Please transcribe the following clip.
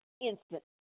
instant